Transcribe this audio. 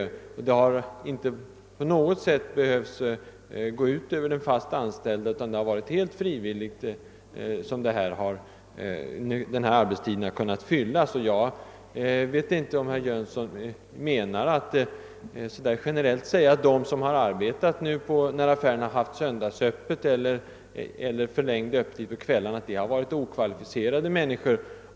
Öppethållandet har inte på något sätt behövt gå ut över de fast anställda, utan denna arbetsinsats har gjorts helt frivilligt. Jag vet inte om herr Jönsson generellt vill säga, att de som arbetat när affärerna haft söndagsöppet eller förlängt öppethållande på kvällarna har varit okvalificerade människor.